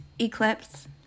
Eclipse